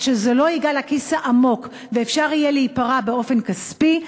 עד שזה לא ייגע בכיס העמוק ואפשר יהיה להיפרע באופן כספי,